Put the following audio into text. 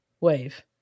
wave